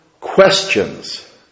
questions